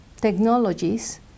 technologies